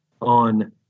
on